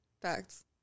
Facts